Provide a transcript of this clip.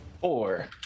Four